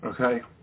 Okay